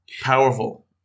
Powerful